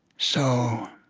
so,